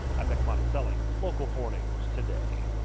i'm nick monacelli, local four news today.